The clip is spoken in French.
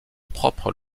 propre